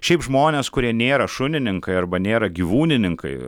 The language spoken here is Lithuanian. šiaip žmonės kurie nėra šunininkai arba nėra gyvūnininkai